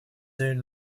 soon